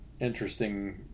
interesting